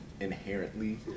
inherently